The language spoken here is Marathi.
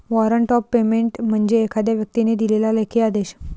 वॉरंट ऑफ पेमेंट म्हणजे एखाद्या व्यक्तीने दिलेला लेखी आदेश